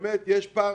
אכן יש פער